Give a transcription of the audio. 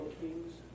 kings